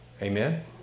Amen